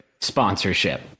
sponsorship